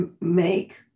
make